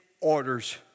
orders